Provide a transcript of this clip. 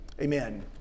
Amen